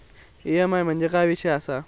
EMI म्हणजे काय विषय आसता?